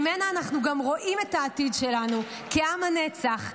אנחנו גם רואים את העתיד שלנו כעם הנצח,